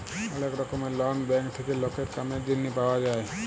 ওলেক রকমের loan bank থেক্যে লকের কামের জনহে পাওয়া যায়